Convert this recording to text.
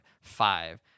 five